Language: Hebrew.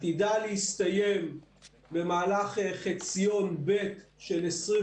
עתידה להסתיים במהלך חציון ב' של 22',